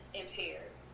impaired